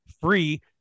free